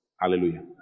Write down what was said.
Hallelujah